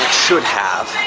should have,